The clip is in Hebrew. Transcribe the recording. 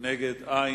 אין מתנגדים